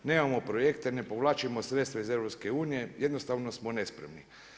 Nemamo projekte, ne povlačimo sredstva iz EU, jednostavno smo nespremni.